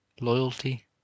loyalty